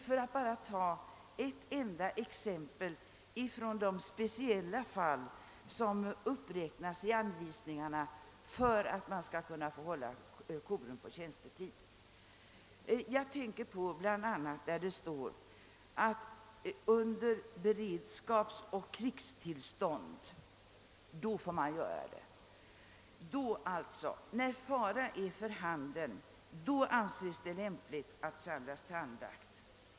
Låt mig bara ta ett enda exempel från de speciella fall som uppräknas i anvisningarna för att korum skall få anordnas på tjänstetid. Jag tänker bl.a. på att det får ske under beredskapsoch krigstillstånd. Alltså, när fara är för handen, då anses det lämpligt att samlas till andakt.